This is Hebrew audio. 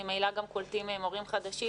ממילא גם קולטים מורים חדשים,